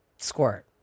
Squirt